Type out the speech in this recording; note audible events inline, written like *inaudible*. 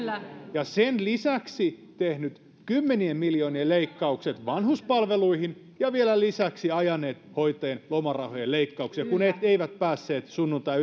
ja sen lisäksi tehnyt kymmenien miljoonien leikkaukset vanhuspalveluihin ja vielä lisäksi ajanut hoitajien lomarahojen leikkauksia kun ei päässyt käsiksi sunnuntai *unintelligible*